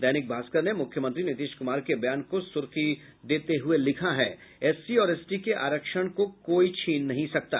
दैनिक भास्कर ने मुख्यमंत्री नीतीश कुमार के बयान को सुर्खी देते हुये लिखा है एससी और एसटी के आरक्षण को कोई नहीं छिन सकता